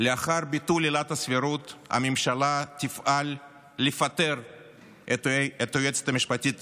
לאחר ביטול עילת הסבירות הממשלה תפעל לפטר את היועצת המשפטית